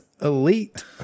Elite